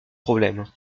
problème